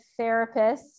therapists